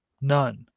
None